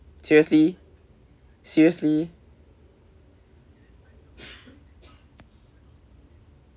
seriously seriously